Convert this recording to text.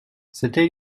c’était